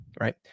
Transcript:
right